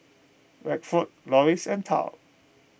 Rexford Loris and Tal